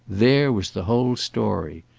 there was the whole story.